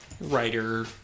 writer